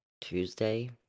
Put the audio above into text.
Tuesday